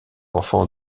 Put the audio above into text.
enfant